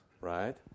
right